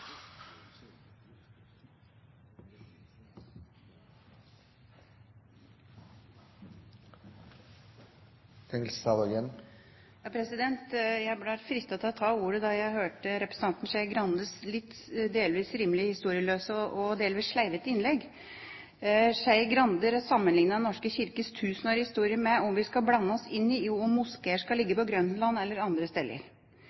Jeg ble fristet til å ta ordet da jeg hørte representanten Skei Grandes delvis rimelig historieløse og delvis sleivete innlegg. Skei Grande sammenlignet Den norske kirkes tusenårige historie med om vi skal blande oss inn i om moskeer skal ligge